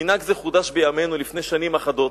מנהג זה חודש בימינו לפני שנים אחדות.